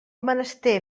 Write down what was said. menester